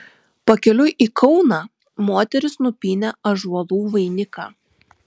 pakeliui į kauną moterys nupynė ąžuolų vainiką